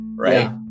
Right